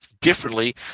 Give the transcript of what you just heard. differently